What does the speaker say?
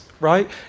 right